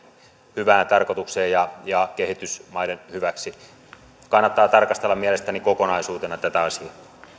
hyvään tarkoitukseen ja ja kehitysmaiden hyväksi kannattaa tarkastella mielestäni kokonaisuutena tätä asiaa